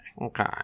Okay